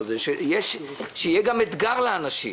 שיהיה גם אתגר לאנשים,